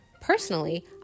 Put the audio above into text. Personally